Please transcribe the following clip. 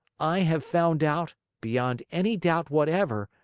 i have found out, beyond any doubt whatever,